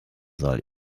soll